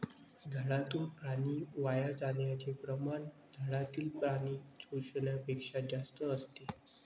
झाडातून पाणी वाया जाण्याचे प्रमाण झाडातील पाणी शोषण्यापेक्षा जास्त असते